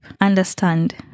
understand